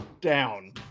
down